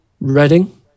Reading